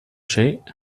شيء